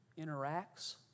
interacts